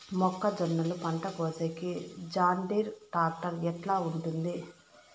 మొక్కజొన్నలు పంట కోసేకి జాన్డీర్ టాక్టర్ ఎట్లా ఉంటుంది?